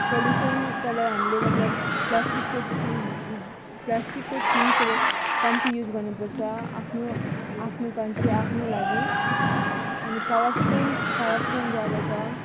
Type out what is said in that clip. पल्युसनकोलाई हामीले मतलब प्लास्टिकको चिज प्लास्टिकको थिङ्क्सहरू कम्ती युज गर्नुपर्छ आफ्नो आफ्नो कन्ट्री आफ्नो लागि अनि करप्सन्स करप्सन्स ज्यादा छ